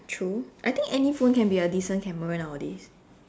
true I think any phone can be a decent camera nowadays